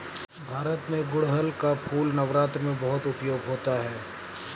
भारत में गुड़हल का फूल नवरात्र में बहुत उपयोग होता है